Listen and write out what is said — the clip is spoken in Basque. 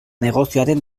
negozioaren